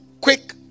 quick